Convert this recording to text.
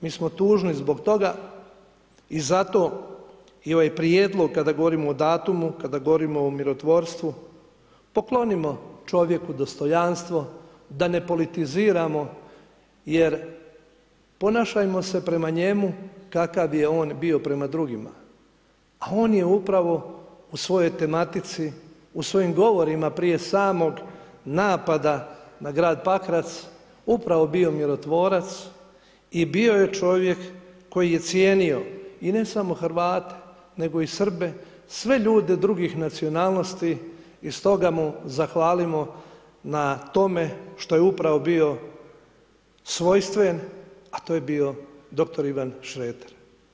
Mi smo tužni zbog toga i zato i ovaj prijedlog, kada govorimo o datumu, kada govorimo o mirotvorstvu, poklonimo čovjeku dostojanstvo da ne politiziramo jer ponašajmo se prema njemu kakav je on bio prema drugima, a on je upravo u svojoj tematici, u svojim govorima prije samog napada na grad Pakrac upravo bio mirotvorac i bio je čovjek koji je cijenio i ne samo Hrvate, nego i Srbe, sve ljude druge nacionalnosti i stoga mu zahvalimo na tome što je upravo bio svojstven, a to je bio dr. Ivan Šreter.